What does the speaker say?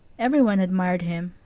everyone admired him,